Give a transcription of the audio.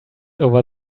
over